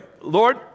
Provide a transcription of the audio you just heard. Lord